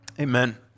amen